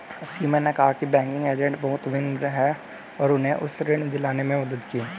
सीमा ने कहा कि बैंकिंग एजेंट बहुत विनम्र हैं और उन्होंने उसे ऋण दिलाने में मदद की